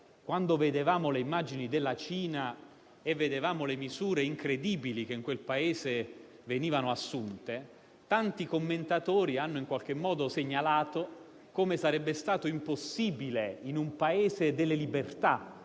quando vedevamo le immagini della Cina e le misure incredibili che in quel Paese venivano assunte, tanti commentatori hanno segnalato come sarebbe stato impossibile, in un Paese delle libertà,